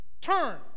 turn